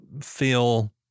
feel